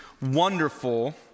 wonderful